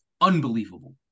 unbelievable